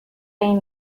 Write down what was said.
این